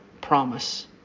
promise